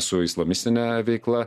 su islamistine veikla